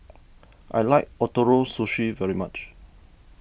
I like Ootoro Sushi very much